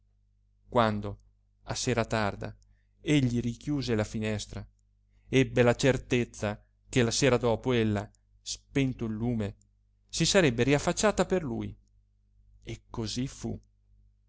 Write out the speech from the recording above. quando a sera tarda egli richiuse la finestra ebbe la certezza che la sera dopo ella spento il lume si sarebbe riaffacciata per lui e cosí fu